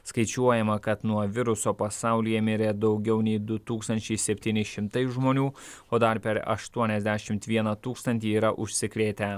skaičiuojama kad nuo viruso pasaulyje mirė daugiau nei du tūkstančiai septyni šimtai žmonių o dar per aštuoniasdešimt vieną tūkstantį yra užsikrėtę